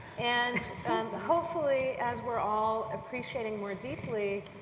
and hopefully as we are all appreciating more deeply,